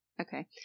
Okay